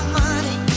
money